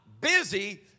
busy